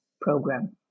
program